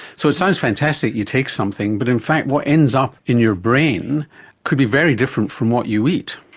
so it sounds fantastic, you take something, but in fact what ends up in your brain could be very different from what you eat.